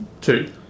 two